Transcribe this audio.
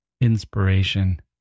inspiration